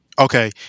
Okay